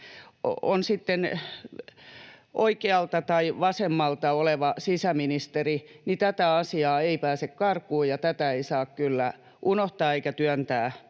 oikealta tai vasemmalta oleva sisäministeri, tätä asiaa ei pääse karkuun ja tätä ei saa kyllä unohtaa eikä työntää